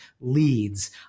leads